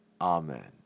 Amen